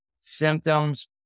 symptoms